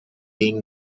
being